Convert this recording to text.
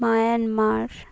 Myanmar